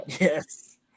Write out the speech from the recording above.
Yes